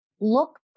Look